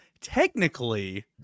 technically